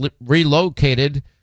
relocated